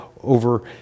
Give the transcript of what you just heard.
over